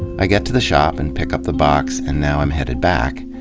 i get to the shop and pick up the box and now i'm headed back.